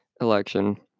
election